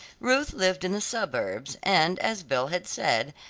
ruth lived in the suburbs, and as belle had said,